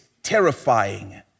Terrifying